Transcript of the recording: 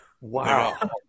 Wow